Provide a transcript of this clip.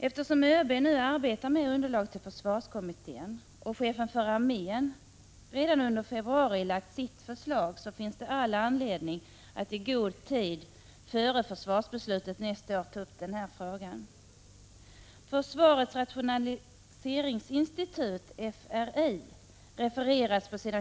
Eftersom ÖB nu arbetar med underlag till försvarskommittén och chefen för armén redan under februari lagt sitt förslag, finns det all anledning att i god tid före försvarsbeslutet nästa år ta upp den här frågan. Försvarets rationaliseringsinstitut refereras på s.